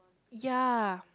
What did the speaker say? ya